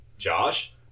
Josh